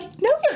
no